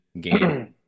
game